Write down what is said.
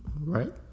Right